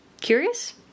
Curious